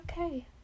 okay